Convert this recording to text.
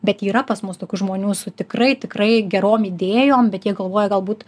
bet yra pas mus tokių žmonių su tikrai tikrai gerom idėjom bet jie galvoja galbūt